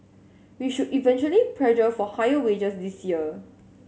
we should eventually pressure for higher wages this year